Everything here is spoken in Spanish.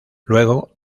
luego